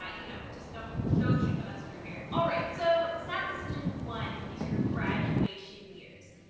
um you know, just don't don't shoot the messenger here. all right, so snap decision one is your graduation years.